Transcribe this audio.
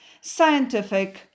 scientific